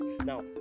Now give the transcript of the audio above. now